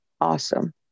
Awesome